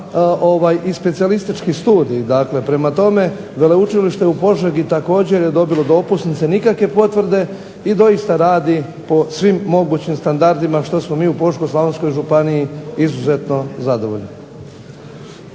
i specijalistički studij. Dakle, prema tome Veleučilište u Požegi također je dobilo dopusnice, nikakve potvrde i doista radi po svim mogućim standardima što smo mi u Požeško-slavonskoj županiji izuzetno zadovoljni.